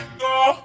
go